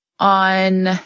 On